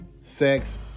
sex